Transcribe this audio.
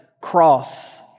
cross